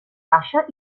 baixa